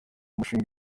mishinga